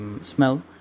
smell